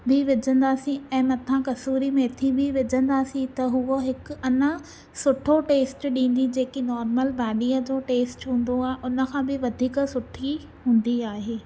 बि विझंदासीं ऐं मथां कसूरी मेथी बि विझंदासीं त हूअ हिकु अञा सुठो टेस्ट ॾींदी जेकी नोर्मल भाॼीअ जो टेस्ट हूंदो आहे उन खां बि वधीक सुठी हूंदी आहे